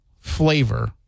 flavor